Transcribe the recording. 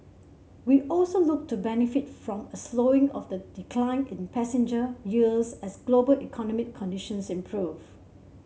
we also look to benefit from a slowing of the decline in passenger yields as global economic conditions improve